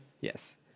Yes